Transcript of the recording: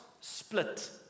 split